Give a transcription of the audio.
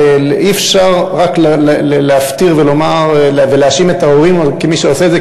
אי-אפשר רק להפטיר ולומר ולהאשים את ההורים כמי שעושה את זה,